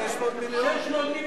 600 מיליון,